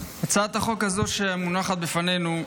הצעת החוק הזאת שמונחת בפנינו,